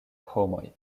homoj